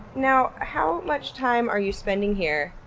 now how much time are you spending here?